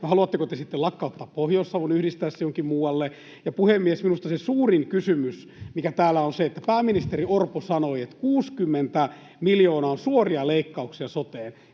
haluatteko te sitten lakkauttaa Pohjois-Savon, yhdistää sen johonkin muualle? Puhemies! Minusta se suurin kysymys, mikä täällä on, on se, että pääministeri Orpo sanoi, että 60 miljoonaa on suoria leikkauksia soteen